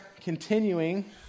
continuing